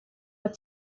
fod